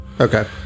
Okay